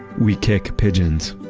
we kick pigeons.